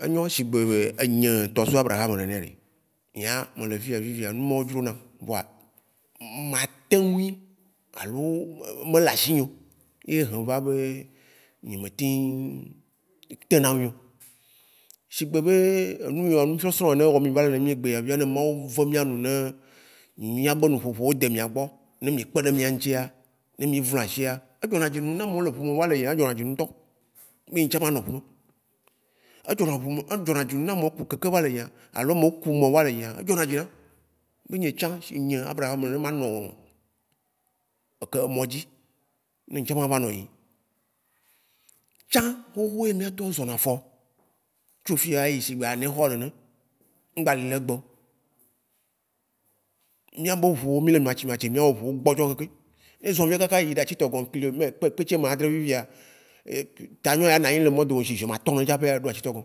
Enyo, shigbe be nye Tɔsu Abraham nene ɖe, nyea mele fiya numɔwo dzro nam vɔa mateŋui, mele asinye o, ye wɔ be nye me teŋ tena ŋui o. shigbe be nuyɔwo nusɔsrɔ̃wo ne wɔ mì va le ne mì egbea via, ne Mawu ve mīa nu be, mìabe nuƒoƒowo de mìagbɔ, ne mì kpeɖe mìa ŋuti, ne mì vlu asia, edzɔna dzi num ne amewo le ʋu me va le yia, edzɔ na dzi nam ŋtɔ, be ŋtsã ma nɔ ʋu me. Edzɔ na dzi num, ne amewo ku keke va le yia, alo amewo ku mɔ va le yia edzɔna dzi num. Be nye tsã, sie nye abraham nene manɔ emɔ dzi ne ŋtsã mava nɔ yiyim. Tsã xoxo ye mìa tɔwo zɔna afɔ, tsɔ fiya ayi shigbe aneho nene, mgba li le egbea o. Mìabe ʋuwo, mì le matsi matsi, mìabe ʋuwo gbɔdzɔ keŋkeŋ, ne zɔ via kaka yi atitɔŋgɔ kpeti ame ãdrẽ fifia, tamenyo ya nanyi le mɔ dome sie zi amatɔ̃ nene tsaƒe laɖo atitɔŋgɔa,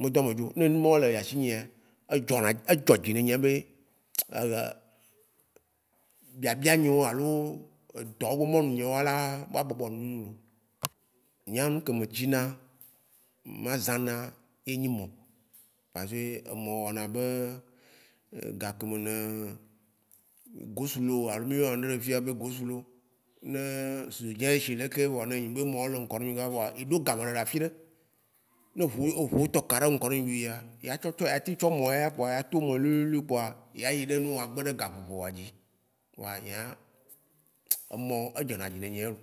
me dɔ̃ amedzi o. Ne numɔwo le asinyea, edzɔna dzi edzɔdzi ne nye ya be biabianyewo, alo dɔ be mɔnu nyewoa, abɔbɔ num lo. Nyea, nuke medina, mazana ye nyi mɔ, parce que, emɔ wɔna be, gakeme ne goslow alo mì yɔna ŋɖe le fiya be goslow, ne ezo dzĩ si leke vɔ ne enyi be, emɔwo le ŋkɔnɔ vɔa eɖo game le afiɖe, ne ʋu wo tɔ ka ɖe ŋkɔ nɔ wuia, ya tem tsɔ mɔ ya kpoa ato eme luiluilui kpoa, ya yi ɖe nuwòa gbe ɖe gaƒoƒowòa dzi. Kpoa nyea, emɔ, edzɔnadzi ne nyea loo.